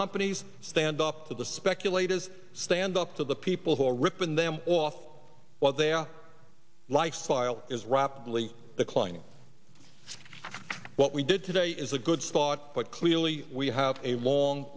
companies stand up to the speculators stand up to the people who are ripping them off while their lifestyle is rapidly declining what we did today is a good thought but clearly we have a long